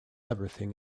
everything